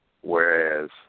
Whereas